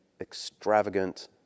extravagant